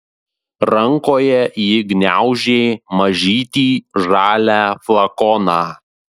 rankoje ji gniaužė mažytį žalią flakoną